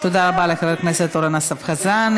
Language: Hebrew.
תודה רבה לחבר הכנסת אורן אסף חזן.